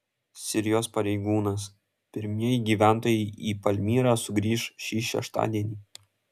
sirijos pareigūnas pirmieji gyventojai į palmyrą sugrįš šį šeštadienį